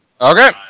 Okay